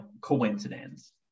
coincidence